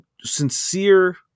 sincere